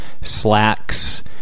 slacks